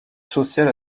social